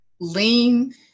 lean